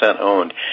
owned